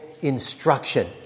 instruction